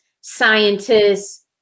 scientists